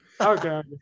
Okay